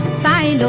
five